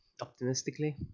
optimistically